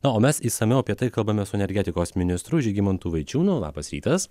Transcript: na o mes išsamiau apie tai kalbame su energetikos ministru žygimantu vaičiūnu labas rytas